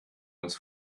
uns